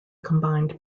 combined